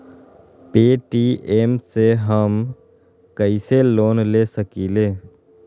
Paytm से हम कईसे लोन ले सकीले?